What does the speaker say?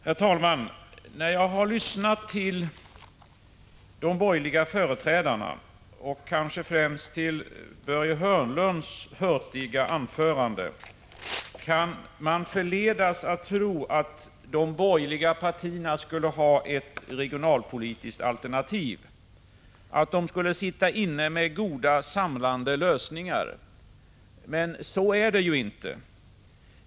Herr talman! När man lyssnar till de borgerliga företrädarna och kanske främst till Börje Hörnlunds hurtiga anförande kan man förledas att tro att de borgerliga partierna skulle ha ett regionalpolitiskt alternativ, att de skulle sitta inne med goda samlande lösningar. Men så är det inte.